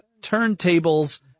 turntables